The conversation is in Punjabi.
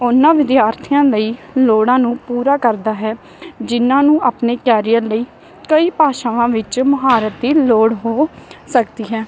ਉਹਨਾਂ ਵਿਦਿਆਰਥੀਆਂ ਲਈ ਲੋੜਾਂ ਨੂੰ ਪੂਰਾ ਕਰਦਾ ਹੈ ਜਿਹਨਾਂ ਨੂੰ ਆਪਣੇ ਕੈਰੀਅਰ ਲਈ ਕਈ ਭਾਸ਼ਾਵਾਂ ਵਿੱਚ ਮੁਹਾਰਤ ਦੀ ਲੋੜ ਹੋ ਸਕਦੀ ਹੈ